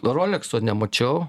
rolekso nemačiau